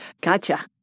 Gotcha